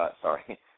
sorry